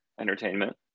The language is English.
entertainment